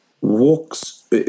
walks